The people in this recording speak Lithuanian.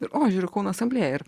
rožių ir kūno asamblėją ir